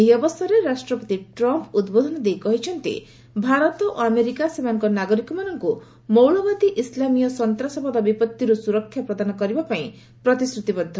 ଏହି ଅବସରରେ ରାଷ୍ଟ୍ରପତି ଟ୍ରମ୍ମ୍ ଉଦ୍ବୋଧନ ଦେଇ କହିଛନ୍ତି ଭାରତ ଓ ଆମେରିକା ସେମାନଙ୍କ ନାଗରିକମାନଙ୍କୁ ମୌଳବାଦୀ ଇସଲାମୀୟ ସନ୍ତାସବାଦ ବିପଭିରୁ ସୁରକ୍ଷା ପ୍ରଦାନ କରିବା ପାଇଁ ପ୍ରତିଶ୍ରତିବଦ୍ଧ